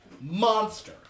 monster